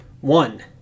One